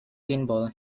pinball